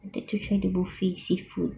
there to try the buffet seafood